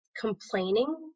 complaining